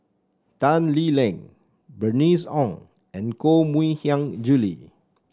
Tan Lee Leng Bernice Ong and Koh Mui Hiang Julie